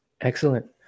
Excellent